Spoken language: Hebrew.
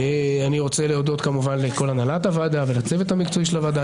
אני רוצה להודות כמובן לכל הנהלת הוועדה ולצוות המקצועי של הוועדה.